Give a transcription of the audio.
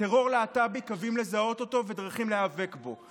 טרור להט"בי, קווים לזהות אותו ודרכים להיאבק בו.